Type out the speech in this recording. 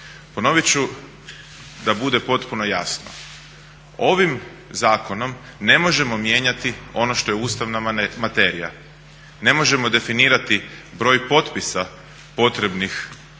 Ponovit ću da bude potpuno jasno. Ovim zakonom ne možemo mijenjati ono što je ustavna materija, ne možemo definirati broj potpisa potrebnih da